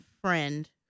friend